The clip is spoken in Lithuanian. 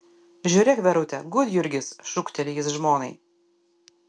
žiūrėk verute gudjurgis šūkteli jis žmonai